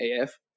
AF